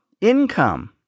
income